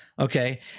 okay